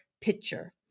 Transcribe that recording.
picture